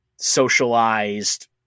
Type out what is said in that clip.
socialized